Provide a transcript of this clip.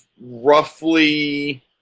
roughly